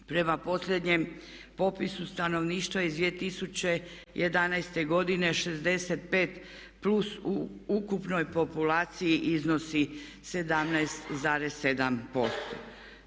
Prema posljednjem popisu stanovništva iz 2011. godine 65+ u ukupnoj populaciji iznosi 17,7%